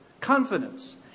confidence